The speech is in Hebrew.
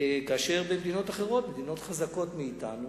כאשר במדינות אחרות, מדינות חזקות מאתנו,